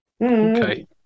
Okay